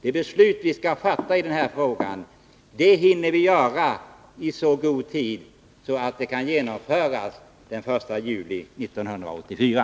Det beslut som vi skall fatta i denna fråga hinner vi fatta i så god tid att förslaget kan genomföras den 1 juli 1984.